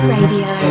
Radio